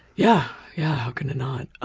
yeah. yeah. how could it not?